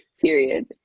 period